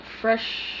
fresh